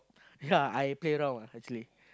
ya I play around lah actually